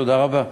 תודה רבה.